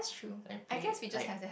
and play like